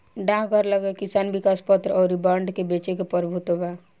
डाकघर लगे किसान विकास पत्र अउर बांड के बेचे के प्रभुत्व बा